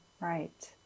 right